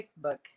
Facebook